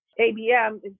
ABM